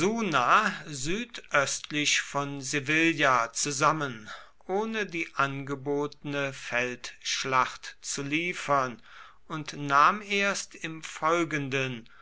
von sevilla zusammen ohne die angebotene feldschlacht zu liefern und nahm erst im folgenden